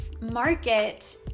market